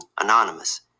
anonymous